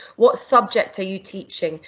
what subject are you teaching?